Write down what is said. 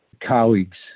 colleagues